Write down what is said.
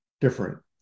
different